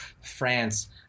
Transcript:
france